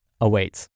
awaits